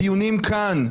הדיונים כאן,